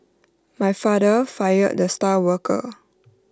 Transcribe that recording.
my father fired the star worker